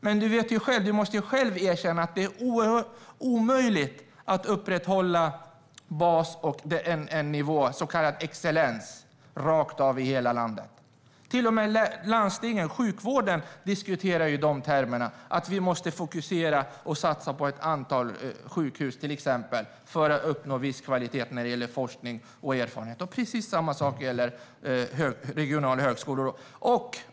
Men du måste själv erkänna att det är omöjligt att upprätthålla en bas och så kallad excellens i hela landet. Till och med landstingen och sjukvården diskuterar i de termerna: Vi måste fokusera och satsa på till exempel ett antal sjukhus för att uppnå en viss kvalitet när det gäller forskning och erfarenhet. Precis samma sak gäller regionala högskolor.